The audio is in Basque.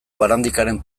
barandikaren